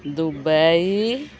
Dubai